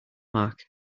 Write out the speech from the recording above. mark